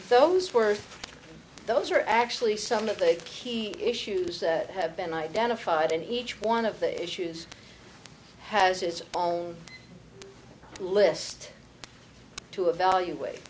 those were those are actually some of the key issues that have been identified and each one of the issues has its own list to